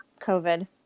COVID